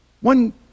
One